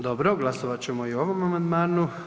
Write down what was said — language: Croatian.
Dobro, glasovat ćemo i o ovom amandmanu.